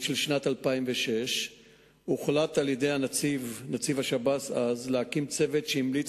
של שנת 2006 הוחלט על-ידי נציב השב"ס דאז להקים צוות שהמליץ